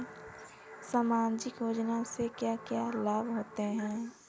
सामाजिक योजना से क्या क्या लाभ होते हैं?